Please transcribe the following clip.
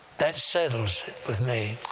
that settles it with me!